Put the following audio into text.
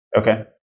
okay